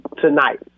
tonight